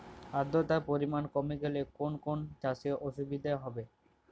আদ্রতার পরিমাণ কমে গেলে কোন কোন চাষে অসুবিধে হবে?